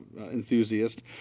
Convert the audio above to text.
enthusiast